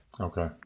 Okay